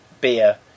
beer